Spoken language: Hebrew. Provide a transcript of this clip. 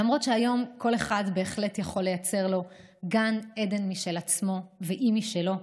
למרות שהיום כל אחד בהחלט יכול לייצר לו גן עדן משל עצמו ואי משלו,